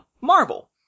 Marvel